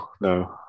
no